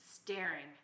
Staring